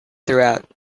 throughout